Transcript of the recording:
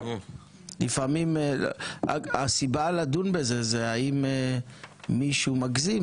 לפעמים הסיבה לדון בזה זה האם מישהו מגזים